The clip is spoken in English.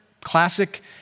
classic